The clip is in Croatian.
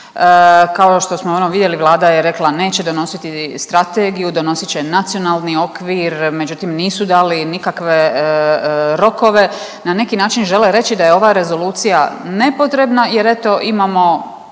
Kao što smo ono vidjeli Vlada je rekla neće donositi strategiju, donosit će nacionalni okvir, međutim nisu dali nikakve rokove. Na neki način žele reći da je ova rezolucija nepotrebna jer eto